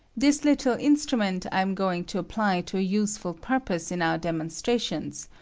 this little instrament i am going to apply to a useful purpose in our demonstrations,